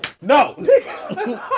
no